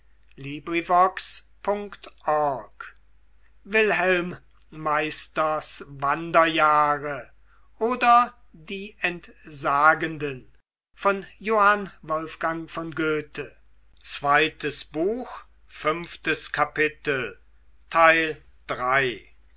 wilhelm meisters wanderjahre oder die entsagenden